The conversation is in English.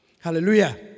Hallelujah